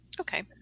Okay